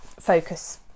focus